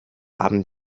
abend